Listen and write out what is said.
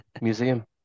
museum